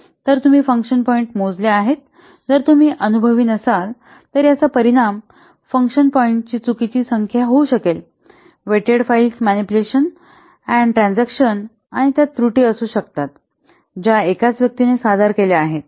तरतुम्ही function point मोजले आहेत जर तुम्ही अनुभवी नसाल तर याचा परिणाम फंक्शन पॉईंटची चुकीची संख्या होऊ शकेल weighted file manipulation and transaction आणि त्यात त्रुटी असू शकतात ज्या एकाच व्यक्तीने सादर केल्या आहेत